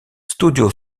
studio